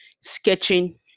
sketching